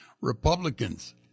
Republicans